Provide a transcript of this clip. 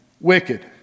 wicked